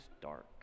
dark